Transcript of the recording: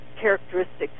characteristics